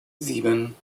sieben